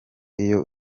iyo